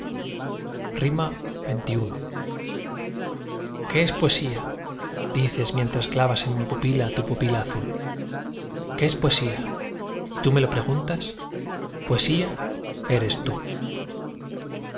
xxi qué es poesía dices mientras clavas en mi pupila tu pupila azul qué es poesía y tú me lo preguntas poesía eres tú